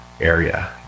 area